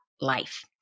life